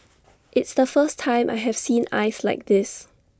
it's the first time I have seen ice like this